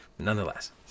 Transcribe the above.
nonetheless